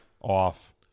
off